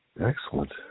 Excellent